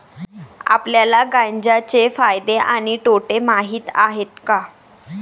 आपल्याला गांजा चे फायदे आणि तोटे माहित आहेत का?